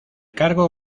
cargo